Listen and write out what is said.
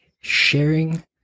Sharing